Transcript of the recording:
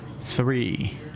three